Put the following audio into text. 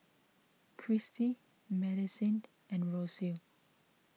Christie Madisyn and Rocio